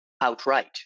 outright